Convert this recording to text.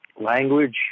language